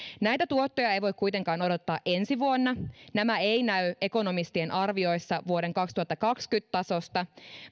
näitä tuottoja ei voi kuitenkaan odottaa ensi vuonna nämä eivät näy ekonomistien arvioissa vuoden kaksituhattakaksikymmentä tasosta